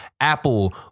apple